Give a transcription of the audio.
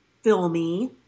filmy